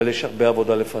אבל יש הרבה עבודה לפנינו.